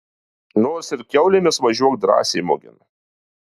nors su kiaulėmis važiuok drąsiai mugėn